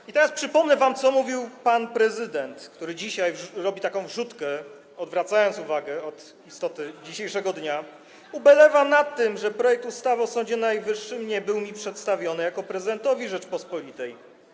I teraz przypomnę wam, co mówił pan prezydent, który dzisiaj robi taką wrzutkę, odwracając uwagę od istoty dzisiejszego dnia: Ubolewam nad tym, że projekt ustawy o Sądzie Najwyższym nie był mi przedstawiony jako prezydentowi Rzeczypospolitej.